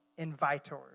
invitors